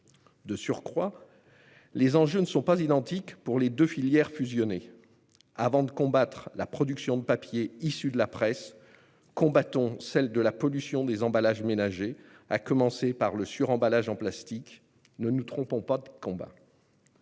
De surcroît, les enjeux ne sont pas identiques pour les deux filières fusionnées. Avant de combattre la production de papier issu de la presse, luttons contre la pollution des emballages ménagers, à commencer par le suremballage en plastique. Ne nous trompons pas de combat